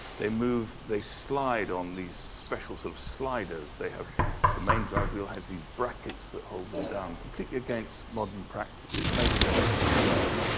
they move, they slide on these specials of sliders. they have the main drive wheel has these brackets that hold them down. completely against modern practice. it's made in a different way.